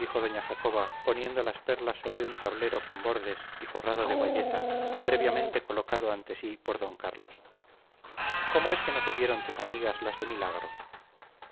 dijo doña jacoba poniendo las perlas sobre un tablero con bordes y forrado de bayeta previamente colocado ante sí por d carlos cómo es que no subieron tus amigas las de milagro